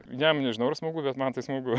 jam nežinau ar smagu bet man tai smagu